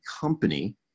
company